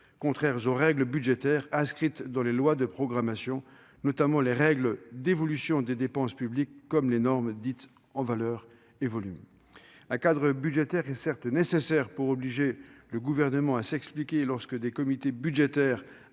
contraires aux règles budgétaires inscrites dans les lois de programmation, notamment les règles d'évolution des dépenses publiques comme les normes dites « en valeur » et « en volume ». Un cadre budgétaire est certes nécessaire pour obliger le Gouvernement à s'expliquer lorsque des comités budgétaires